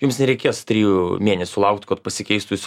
jums nereikės trijų mėnesių laukt kad pasikeistų jūsų